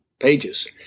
pages